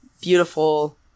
beautiful